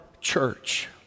church